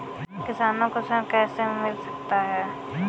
किसानों को ऋण कैसे मिल सकता है?